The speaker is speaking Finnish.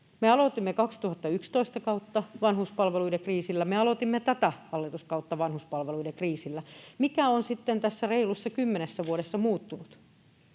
Me aloitimme kautta 2011 vanhuspalveluiden kriisillä. Me aloitimme tätä hallituskautta vanhuspalveluiden kriisillä. Mikä on sitten tässä reilussa kymmenessä vuodessa muuttunut?